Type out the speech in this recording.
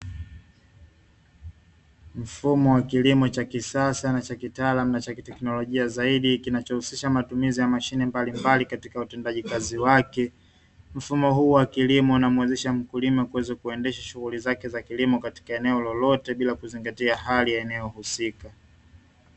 Mfumo wa kilimo cha kisasa cha kitaalamu, nacha kiteknolojia zaidi kinachohusisha matumizi ya mashine mbalimbali katika utendaji kazi wake. Mfumo huu wa kilimo unamuwezesha mkulima kuweza kuendesha shughuli zake za kilimo eneo lolote, bila kuzingatia hali ya eneo husika.